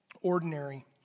Ordinary